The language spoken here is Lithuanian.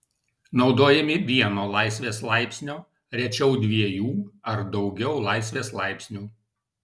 naudojami vieno laisvės laipsnio rečiau dviejų ar daugiau laisvės laipsnių